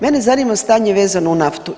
Mene zanima stanje vezano uz naftu.